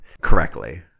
correctly